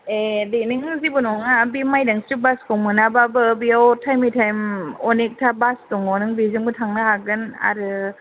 ए दे नोंहा जेबो नङा बे माइदांस्रि बासखौ मोनाबाबो बेयाव थाइमयै थाइम अनेगथा बास दङ नों बेजोंबो थांनो हागोन आरो